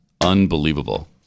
Unbelievable